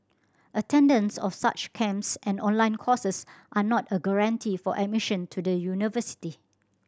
attendance of such camps and online courses are not a guarantee for admission to the university